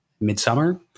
midsummer